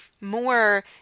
more